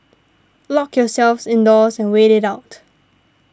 lock yourselves indoors and wait it out